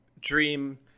dream